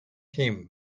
him